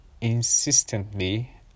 insistently